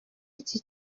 iki